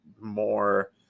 more